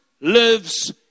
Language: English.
lives